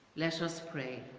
let us pray